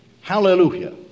hallelujah